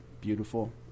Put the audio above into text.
beautiful